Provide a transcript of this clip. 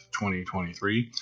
2023